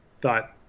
thought